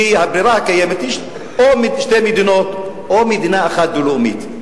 כי האווירה הקיימת היא או שתי מדינות או מדינה אחת דו-לאומית.